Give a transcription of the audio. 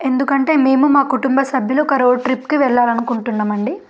ఎందుకంటే మేము మా కుటుంబ సభ్యులు ఒక రోడ్ ట్రిప్కి వెళ్ళాలనుకుంటున్నామండి